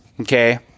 Okay